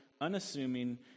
unassuming